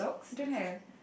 don't have